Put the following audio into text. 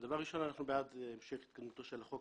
דבר ראשון, אנחנו בעד המשך התקנתו של החוק.